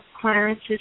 Clarence's